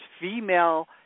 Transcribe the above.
female